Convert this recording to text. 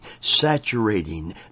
saturating